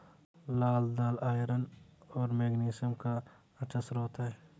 लाल दालआयरन और मैग्नीशियम का अच्छा स्रोत है